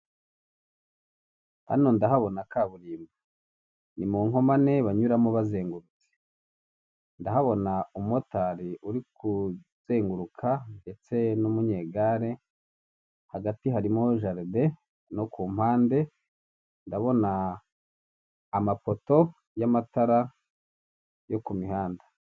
Hano ndahabona kaburimbo, ni mukomane banyuramo bazengurutse, ndahabona umumotari uri kuzenguruka ndetse n'umunyegare, hagati harimo jaride no ku mpande, ndabona amapoto y'amatara yo ku mihanda.